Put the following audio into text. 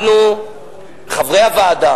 חברי הכנסת,